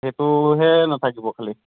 সেইটো হে নাথাকিব খালি